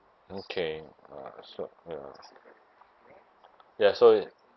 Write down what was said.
okay ah so ya ya so